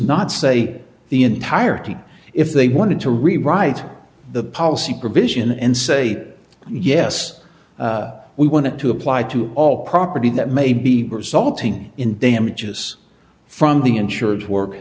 not say the entirety if they wanted to rewrite the policy provision and say yes we want it to apply to all property that may be resulting in damages from the insurers work